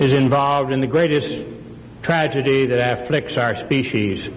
is involved in the greatest tragedy that affleck's our species